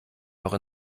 noch